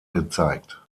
gezeigt